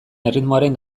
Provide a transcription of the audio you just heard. erritmoaren